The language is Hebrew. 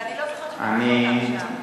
אני לא זוכרת שראינו אותם שם.